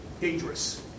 dangerous